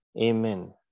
amen